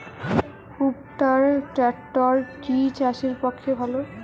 কুবটার ট্রাকটার কি চাষের পক্ষে ভালো?